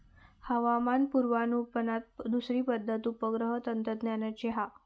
हवामान पुर्वानुमानात दुसरी पद्धत उपग्रह तंत्रज्ञानाची हा